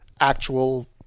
actual